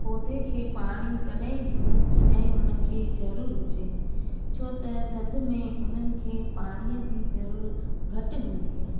पौधे खे पाणी तॾहिं ॾियूं जॾहिं उन खे ज़रूरु हुजे छो त थधि में उन्हनि खे पाणीअ जी ज़रूरु घटि हूंदी आहे